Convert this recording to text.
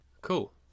cool